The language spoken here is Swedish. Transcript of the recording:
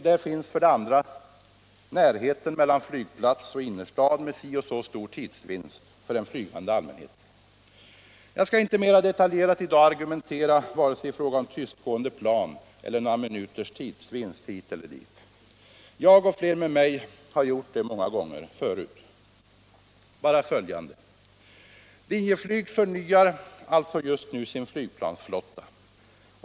Där finns också närheten mellan flygplats och innerstad, med si eller så stor tidsvinst för den flygande allmänheten. Jag skall inte i dag mera detaljerat argumentera i fråga om vare sig tystgående plan eller några minuters tidsvinst hit eller dit. Jag och flera med mig har gjort det många gånger förut. Låt mig bara säga följande: Linjeflyg förnyar alltså just nu sin Aygplansflotta.